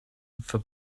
for